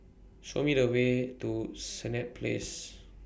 Show Me The Way to Senett Place